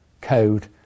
Code